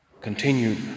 continued